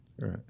Right